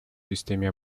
системе